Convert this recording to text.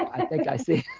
i think i see,